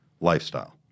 lifestyle